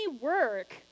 work